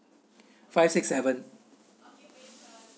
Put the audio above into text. five six seven